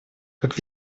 как